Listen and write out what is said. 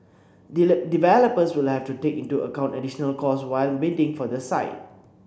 developers will have to take into account additional costs when bidding for the site